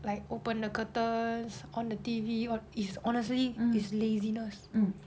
like open the curtains on the T_V what it's honestly it's laziness